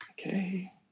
Okay